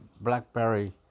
BlackBerry